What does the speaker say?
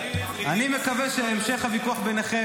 אני מקווה שהמשך הוויכוח ביניכם,